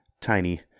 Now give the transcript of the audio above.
tiny